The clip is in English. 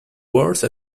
worse